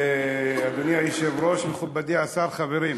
אדוני היושב-ראש, מכובדי השר, חברים,